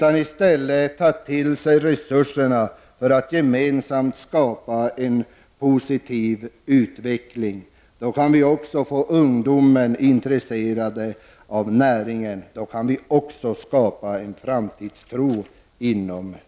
I stället skall de ta till sig resurserna och gemensamt försöka skapa en positiv utveckling. Därmed kan vi få ungdomen intresserad av näringen och även skapa en framtidstro för den. Fru talman!